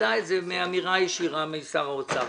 שנדע את זה מאמירה ישירה של שר האוצר.